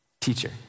Teacher